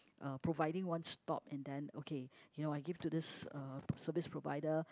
uh providing one stop and then okay you know I give to this uh service provider